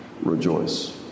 rejoice